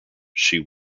she